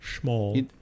small